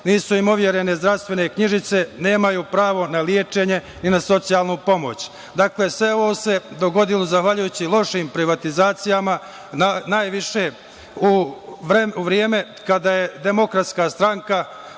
nisu im overene zdravstvene knjižice, nemaju pravo na lečenje, ni na socijalnu pomoć. Dakle, sve ovo se dogodilo zahvaljujući lošim privatizacijama najviše u vreme kada je DS sprovodila